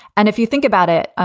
and if you think about it,